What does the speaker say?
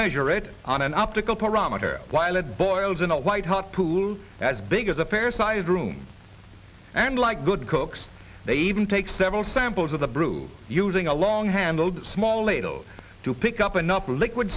measure it on an optical parameter while it boils in a white hot pool as big as a fair sized room and like good cooks they even take several samples of the brew using a long handled small ladle to pick up enough liquid